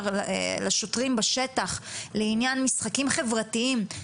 לשוטרים בשטח לעניין משחקים חברתיים,